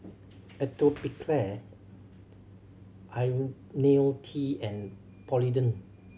Atopiclair Ionil T and Polident